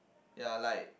ya like